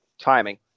timing